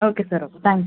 okay sir okay thanks